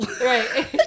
right